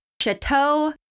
Chateau